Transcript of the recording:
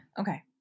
Okay